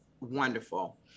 wonderful